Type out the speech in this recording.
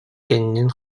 кэннин